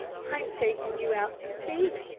i'm taking you out to sea,